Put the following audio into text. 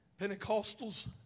Pentecostals